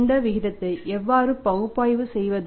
இந்த விகிதத்தை எவ்வாறு பகுப்பாய்வு செய்வது